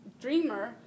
dreamer